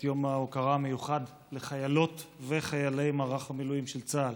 את יום ההוקרה המיוחד לחיילות וחיילי מערך המילואים של צה"ל.